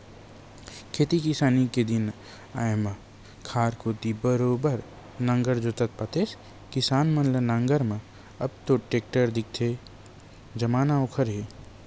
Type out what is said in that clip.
खेती किसानी के दिन आय म खार कोती बरोबर नांगर जोतत पातेस किसान मन ल नांगर म अब तो टेक्टर दिखथे जमाना ओखरे हे